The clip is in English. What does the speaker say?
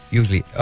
usually